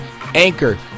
Anchor